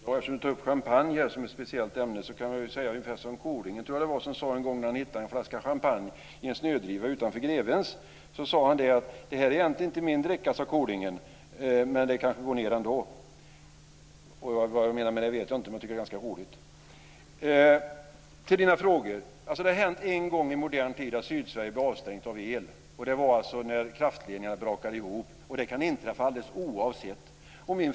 Fru talman! Eftersom Inger Strömbom tog upp champagne som ett speciellt ämne kan jag säga ungefär som Kolingen en gång sade när han hittade en flaska champagne i en snödriva utanför grevens. Det här är egentligen inte min dricka, sade Kolingen, men det kanske går ned ändå. Vad jag menar med det vet jag inte, men jag tycker att det är ganska roligt. Så till frågorna. Det har hänt en gång i modern tid att elen blev avstängd i Sydsverige. Det var när kraftledningarna brakade ihop. Det kan inträffa alldeles oavsett hur många kraftverk som är i gång.